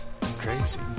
crazy